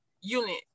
unit